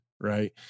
right